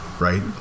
right